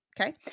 Okay